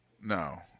No